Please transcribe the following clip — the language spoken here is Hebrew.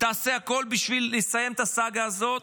ותעשה הכול בשביל לסיים את הסאגה הזאת